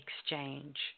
exchange